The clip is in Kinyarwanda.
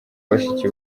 bashiki